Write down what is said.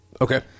Okay